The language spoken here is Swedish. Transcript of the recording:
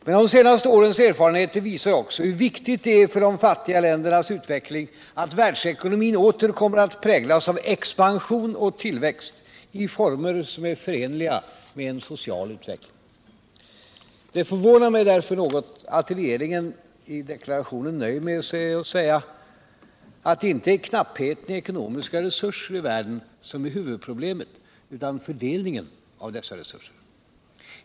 Men de senaste årens erfarenheter visar också hur viktigt det är för de fattigaste ländernas utveckling att världsekonomin åter kommer att präglas av expansion och tillväxt i former som är förenliga med en social utvecking. Det förvånar mig därför något att regeringen nöjer sig med att säga att det inte är knappheten i ekonomiska resurser som är huvudproblemet utan fördelningen av dessa resurser.